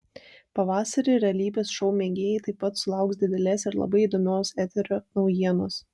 pavasarį realybės šou mėgėjai taip pat sulauks didelės ir labai įdomios eterio naujienos